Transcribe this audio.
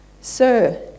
Sir